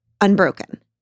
unbroken